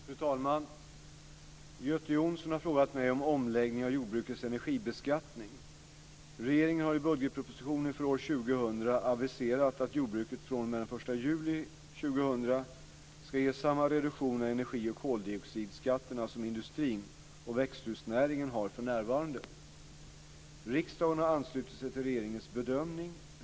Fru talman! Göte Jonsson har frågat mig om omläggningen av jordbrukets energibeskattning. aviserat att jordbruket fr.o.m. den 1 juli 2000 ska ges samma reduktion av energi och koldioxidskatterna som industrin och växthusnäringen har för närvarande. Riksdagen har anslutit sig till regeringens bedömning.